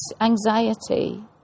anxiety